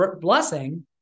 blessing